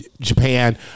Japan